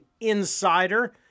insider